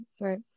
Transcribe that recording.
right